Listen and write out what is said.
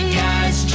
guys